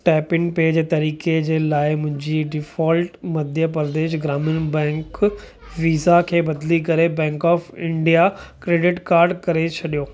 tap in pay जे तरीक़े जे लाइ मुंहिंजी default Madhya Pradesh Gramin bank Visa खे बदिले करे bank of India credit card करे छॾियो